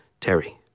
Terry